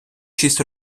шість